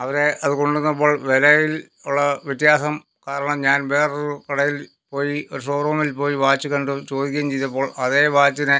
അവർ അത് കൊണ്ടുവന്നപ്പോൾ വിലയിൽ ഉള്ള വ്യത്യാസം കാരണം ഞാൻ വേറൊരു കടയിൽ പോയി ഷോറൂമിൽ പോയി വാച്ച് കണ്ട് ചോദിക്കുകയും ചെയ്തപ്പോൾ അതേ വാച്ചിന്